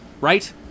right